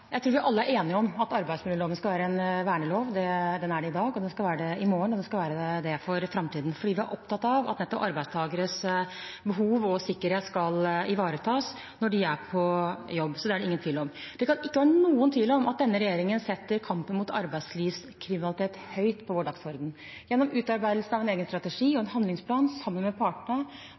Jeg tror vi alle er enige om at arbeidsmiljøloven skal være en vernelov. Den er det i dag, den skal være det i morgen, og den skal være det for framtiden, nettopp fordi vi er opptatt av at arbeidstakeres behov og sikkerhet skal ivaretas når de er på jobb. Så det er det ingen tvil om. Det kan ikke være noen tvil om at denne regjeringen setter kampen mot arbeidslivskriminalitet høyt på sin dagsorden. Gjennom utarbeidelsen av en egen strategi og en handlingsplan sammen med partene